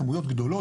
כמויות גדולות,